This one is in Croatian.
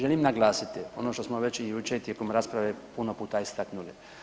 Želim naglasiti ono što smo već i jučer tijekom rasprave puno puta istaknuli.